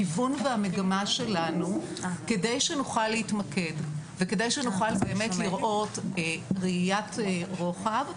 כדי שנוכל להתמקד וכדי שנוכל באמת לראות ראיית רוחב,